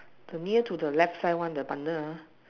the near to the left side one the bundle ah